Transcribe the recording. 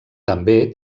també